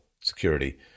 security